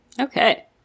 okay